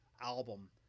album